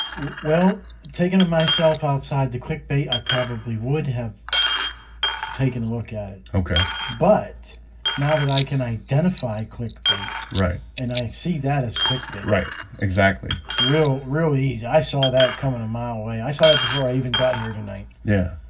well taken of myself outside the quick bait. i probably would have taken a look at it. okay, but now that i can identify click bait, right and i see that as quickly right exactly real real easy. i saw that coming a mile away. i saw that before i even got here tonight. yeah,